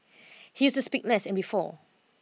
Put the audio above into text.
he used to speak less and before